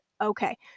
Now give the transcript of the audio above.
okay